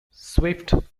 swift